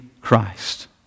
Christ